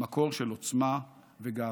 מקור של עוצמה וגאווה.